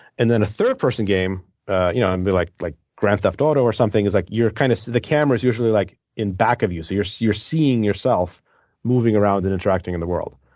and then, a third person game you know and like like grand theft auto or something is like kind of the camera is usually like in back of you. so you're so you're seeing yourself moving around and interacting in the world.